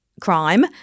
crime